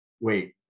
wait